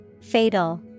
Fatal